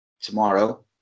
tomorrow